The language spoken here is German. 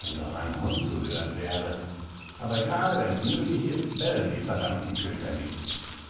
wenn doch ein hund zu hören wäre aber gerade wenn's nötig ist bellen die verdammten köter nicht